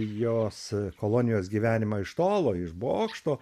jos kolonijos gyvenimą iš tolo iš bokšto